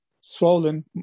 swollen